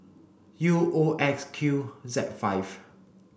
U O X Q Z five